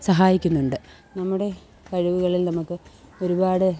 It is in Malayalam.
സഹായിക്കുന്നുണ്ട് നമ്മുടെ കഴിവുകൾ നമുക്ക് ഒരുപാട്